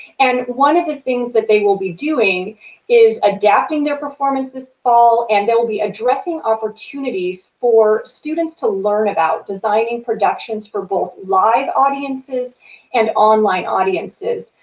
and one of the things that they will be doing is adapting their performances this fall. and they will be addressing opportunities for students to learn about designing productions for both live audiences and online audiences.